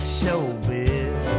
showbiz